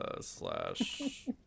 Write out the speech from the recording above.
Slash